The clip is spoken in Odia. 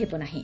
ହେବ ନାହିଁ